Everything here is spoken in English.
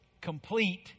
complete